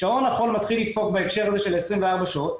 שעון החול מתחיל לדפוק בהקשר של 24 שעות,